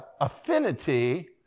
affinity